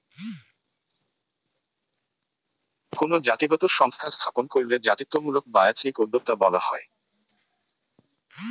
কোনো জাতিগত সংস্থা স্থাপন কইরলে জাতিত্বমূলক বা এথনিক উদ্যোক্তা বলা হয়